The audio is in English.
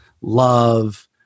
love